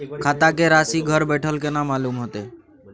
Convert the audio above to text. खाता के राशि घर बेठल केना मालूम होते?